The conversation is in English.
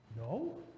No